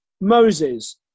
Moses